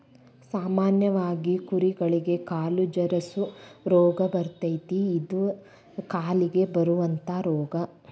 ಸಾಮಾನ್ಯವಾಗಿ ಕುರಿಗಳಿಗೆ ಕಾಲು ಜರಸು ರೋಗಾ ಬರತತಿ ಇದ ಕಾಲಿಗೆ ಬರುವಂತಾ ರೋಗಾ